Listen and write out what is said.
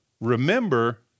remember